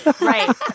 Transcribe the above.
Right